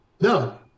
No